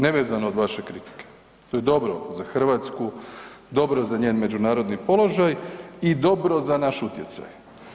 Nevezano od vaše kritike, to je dobro za Hrvatsku, dobro za njen međunarodni položaj i dobro za naš utjecaj.